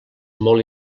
molt